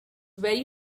very